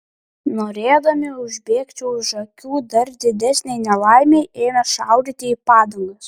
norėdami užbėgti už akių dar didesnei nelaimei ėmė šaudyti į padangas